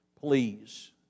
please